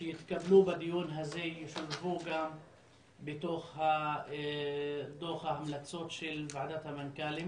שיתקבלו בדיון הזה ישולבו גם בתוך דוח ההמלצות של ועדת המנכ"לים